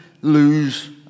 lose